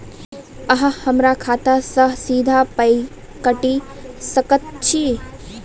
अहॉ हमरा खाता सअ सीधा पाय काटि सकैत छी?